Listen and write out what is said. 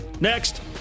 Next